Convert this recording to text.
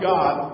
God